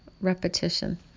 repetition